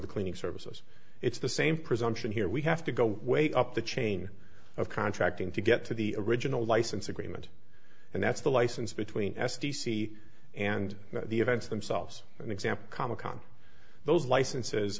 the cleaning services it's the same presumption here we have to go way up the chain of contracting to get to the original license agreement and that's the license between s t c and the events themselves and example comic con those licenses